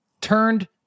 turned